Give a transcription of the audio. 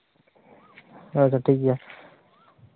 ᱟᱪᱪᱷᱟ ᱴᱷᱤᱠ ᱜᱮᱭᱟ